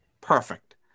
Perfect